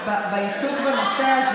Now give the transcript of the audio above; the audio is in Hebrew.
שטרית, בבקשה.